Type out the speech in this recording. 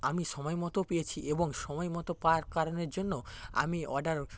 আমি সময়মতো পেয়েছি এবং সময়মতো পাওয়ার কারণের জন্য আমি অর্ডার